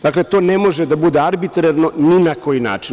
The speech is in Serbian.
Dakle, to ne može da bude arbitrarno ni na koji način.